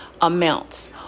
Amounts